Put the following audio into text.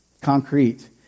concrete